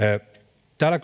täällä